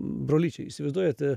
brolyčiai įsivaizduojate